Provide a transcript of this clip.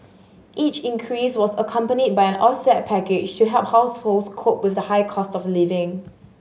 each increase was accompanied by an offset package to help households cope with the highcost of living